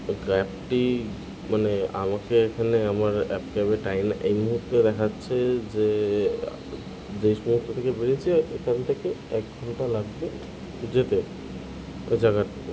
ক্যাবটি মানে আমাকে এখানে আমার অ্যাপ ক্যাবের টাইম এই মুহুর্তে দেখাচ্ছে যে যেই সম মুহুর্ত থেকে বেড়েছে এখান থেকে এক ঘন্টা লাগবে যেতে ও জায়গাটাতে